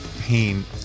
pain